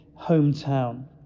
hometown